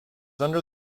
under